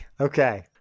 Okay